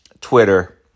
Twitter